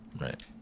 right